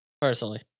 Personally